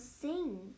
sing